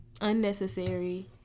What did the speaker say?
Unnecessary